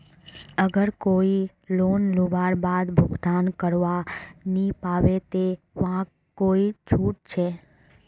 अगर कोई लोन लुबार बाद भुगतान करवा नी पाबे ते वहाक कोई छुट छे?